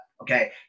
okay